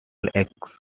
escapes